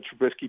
Trubisky